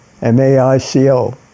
M-A-I-C-O